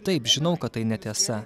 taip žinau kad tai netiesa